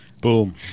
Boom